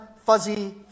fuzzy